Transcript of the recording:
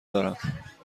دارم